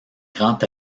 grand